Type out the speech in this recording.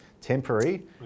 temporary